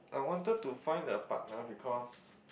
I wanted to find a partner because